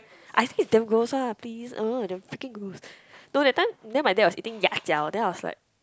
I think is damn gross ah please ugh the freaking gross no that time then my dad was eating ya-jiao then I was like